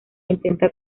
intenta